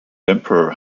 emperor